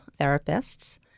therapists